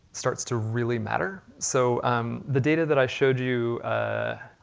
starts to really matter, so the data that i showed you, ah